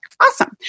Awesome